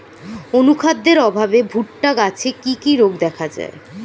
অনুখাদ্যের অভাবে ভুট্টা গাছে কি কি রোগ দেখা যায়?